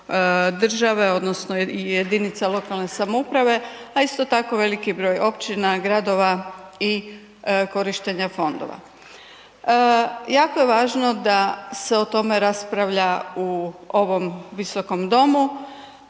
države odnosno jedinica lokalne samouprave a isto tako veliki broj općina, gradova i korištenja fondova. Jako je važno da se o tome raspravlja u ovom Visokom domu